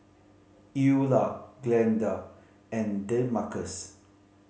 Eula Glenda and Demarcus